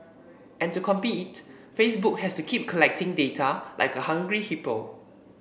and to compete Facebook has to keep collecting data like a hungry hippo